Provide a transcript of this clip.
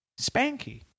Spanky